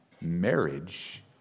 marriage